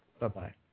Bye-bye